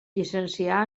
llicencià